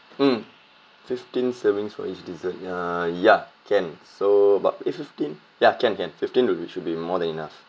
mm fifteen servings for each dessert ya ya can so about a fifteen ya can can fifteen would be should be more than enough